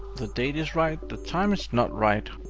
the date is right. the time is not right,